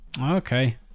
Okay